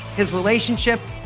his relationship,